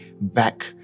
back